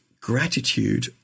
gratitude